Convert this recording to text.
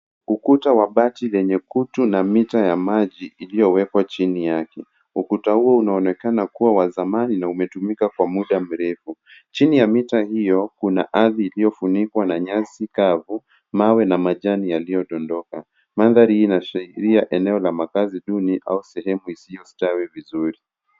Ukuta wa bati lenye kutu na mita ya maji iliyowekwa chini yake. Ukuta huu unaonekana kuwa wa zamani na umetumika kwa muda mrefu. Chini ya mita hiyo kuna ardhi iliyofunikwa na nyasi kavu, mawe na majani yaliyodondoka. Mandhari hii inaashiria eneo la makaazi duni au sehemu isiyo satawi vizuri.